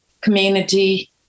community